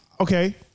okay